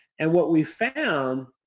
and what we found,